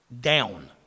down